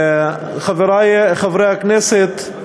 חברי חברי הכנסת,